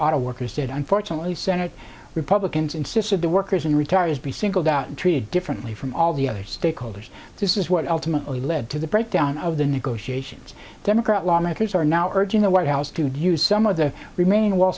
auto workers did unfortunately senate republicans insisted the workers and retirees be singled out and treated differently from all the other stakeholders this is what ultimately led to the breakdown of the negotiations democrat lawmakers are now urging the white house to do some of the remaining wall